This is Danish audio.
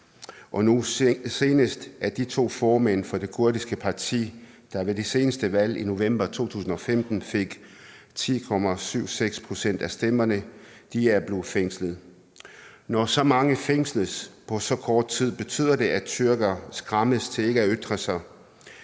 og nu senest er de to formænd for det kurdiske parti, der ved de seneste valg i november 2015 fik 10,76 pct. af stemmerne, blevet fængslet. Når så mange fængsles på så kort tid, betyder det, at tyrkere skræmmes til ikke at ytre sig